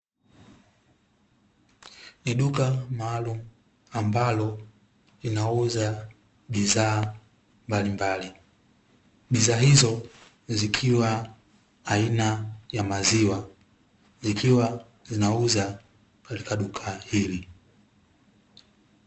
Ni duka maalum ambalo linauza bidhaa mbalimbali, bidhaa hizo zikiwa aina ya maziwa likiwa zinauzwa katika duka hili.